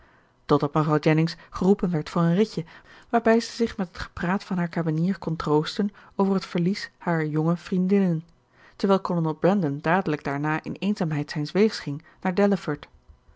totdat mevrouw jennings geroepen werd voor een ritje waarbij zij zich met het gepraat van haar kamenier kon troosten over t verlies harer jonge vriendinnen terwijl kolonel brandon dadelijk daarna in eenzaamheid zijns weegs ging naar delaford